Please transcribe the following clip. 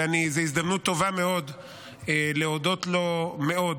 ואני זו הזדמנות טובה להודות לו מאוד.